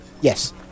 Yes